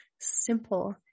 simple